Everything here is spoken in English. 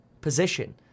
position